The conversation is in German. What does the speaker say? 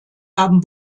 haben